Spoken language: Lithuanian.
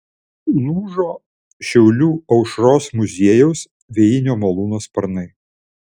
lūžo šiaulių aušros muziejaus vėjinio malūno sparnai